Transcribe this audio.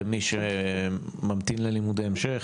למי שממתין ללימודי המשך,